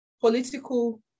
political